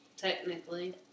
Technically